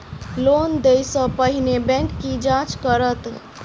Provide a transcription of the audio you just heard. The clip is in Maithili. लोन देय सा पहिने बैंक की जाँच करत?